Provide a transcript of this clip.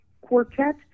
quartet